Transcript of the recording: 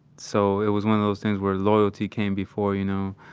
so it was one of those things where loyalty came before, you know,